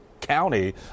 County